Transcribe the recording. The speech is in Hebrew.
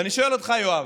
ואני שואל אותך, יואב,